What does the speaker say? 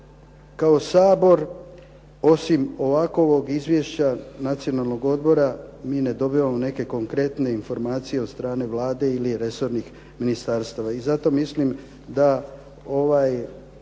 kao Sabor osim ovakvog izvješća Nacionalnog odbora, mi ne dobivamo neke konkretne informacije od strane Vlade ili resornih ministarstava. I zato mislim da ovaj